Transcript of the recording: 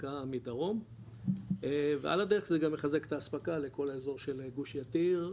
אספקה מדרום ועל הדרך זה גם יחזק את האספקה לכל האזור של גוש יתיר,